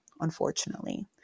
unfortunately